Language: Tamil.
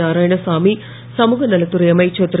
நாராயணசாமி சமுகநலத்துறை அமைச்சர் திரு